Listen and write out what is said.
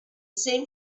seemed